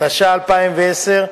התש"ע 2010,